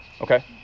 Okay